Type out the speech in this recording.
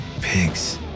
Pigs